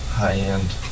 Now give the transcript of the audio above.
high-end